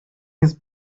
his